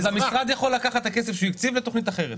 אז המשרד יכול לקחת את הכסף שהוא הקציב לתוכנית אחרת.